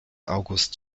august